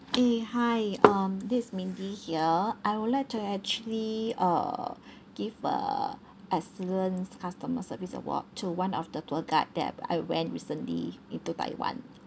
eh hi um this is mindy here I would like to actually uh give uh excellent customer service award to one of the tour guide that I went recently into taiwan